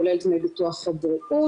כולל דמי ביטוח הבריאות,